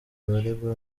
abaregwa